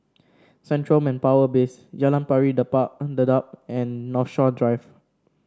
Central Manpower Base Jalan Pari Dedap and Dedap and Northshore Drive